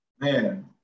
Man